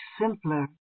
simpler